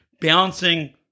balancing